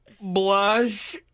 blush